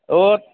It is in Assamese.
অ'